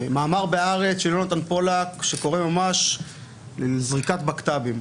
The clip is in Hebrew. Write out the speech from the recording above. מאמר ב'הארץ' של יונתן פולק שקורא ממש לזריקת בק"תבים.